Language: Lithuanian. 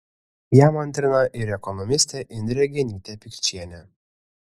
jam antrina ir ekonomistė indrė genytė pikčienė